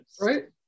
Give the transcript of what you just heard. Right